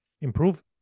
improve